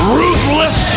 ruthless